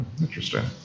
interesting